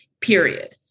period